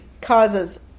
causes